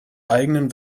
eigenen